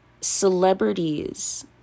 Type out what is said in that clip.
celebrities